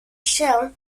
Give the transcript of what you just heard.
się